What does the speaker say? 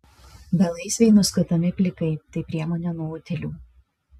belaisviai nuskutami plikai tai priemonė nuo utėlių